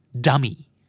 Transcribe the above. dummy